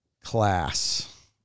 class